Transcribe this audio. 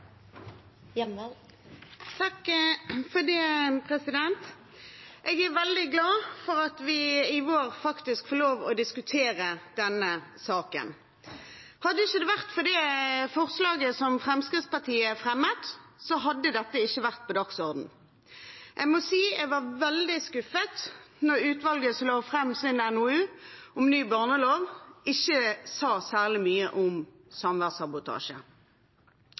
veldig glad for at vi i vår faktisk får lov til å diskutere denne saken. Hadde det ikke vært for forslaget som Fremskrittspartiet fremmet, hadde ikke dette vært på dagsordenen. Jeg må si jeg var veldig skuffet da utvalget som la fram sin NOU om ny barnelov, ikke sa særlig mye om